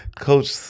Coach